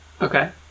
Okay